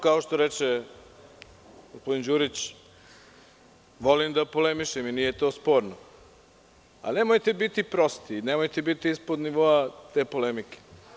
Kao što reče gospodin Đurić, volim da polemišem i to nije sporno, ali nemojte biti prosti, nemojte biti ispod nivoa te polemike.